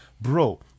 Bro